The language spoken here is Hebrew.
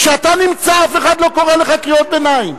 כשאתה נמצא אף אחד לא קורא לך קריאות ביניים.